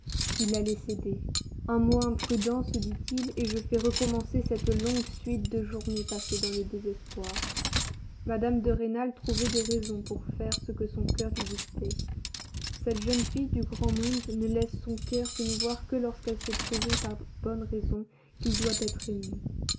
il allait céder un mot imprudent se dit-il et je fais recommencer cette longue suite de journées passées dans le désespoir mme de rênal trouvait des raisons pour faire ce que son coeur lui dictait cette jeune fille du grand monde ne laisse son coeur s'émouvoir que lorsqu'elle s'est prouvé par bonnes raisons qu'il doit être ému